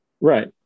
Right